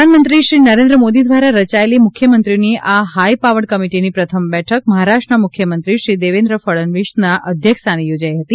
પ્રધાનમંત્રી શ્રી નરેન્દ્ર મોદી દ્વારા રચાયેલી મુખ્યમંત્રીઓની આ હાઈપાવર્ડ કમિટિની પ્રથમ બેઠક મહારાષ્ટ્રના મુખ્યમંત્રી શ્રી દેવેન્દ્ર ફણનવીસના અધ્યક્ષસ્થાને યોજાઈ હતી